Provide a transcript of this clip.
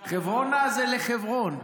"חברונה" זה לחברון,